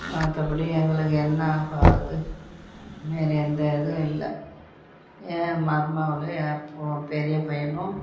மற்றபடி எங்களுக்கு என்னாப்பா இது வேறு எந்த இதுவும் இல்லை என் மருமகளும் என் பொ பெரிய பையனும்